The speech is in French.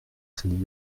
crédits